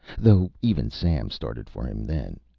though even sam started for him then.